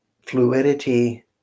fluidity